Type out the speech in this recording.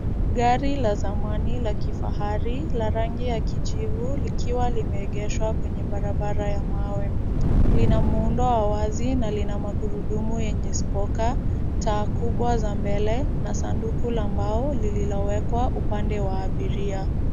Gari la zamani la kifahari la rangi ya kijivu likiwa limeegeshwa kwenye barabara ya mawe. Lina muundo wa wazi na lina magurudumu yenye spoka, taa kubwa ya mbele na sanduku la mbao lililowekwa upande wa abiria.